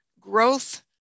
growth